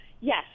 Yes